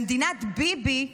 במדינת ביבי,